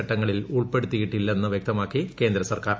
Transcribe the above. ചട്ടങ്ങളിൽ ൂ ഉൾപ്പെടുത്തിയിട്ടില്ലെന്ന് വ്യക്തമാക്കി കേന്ദ്ര സർക്കാർ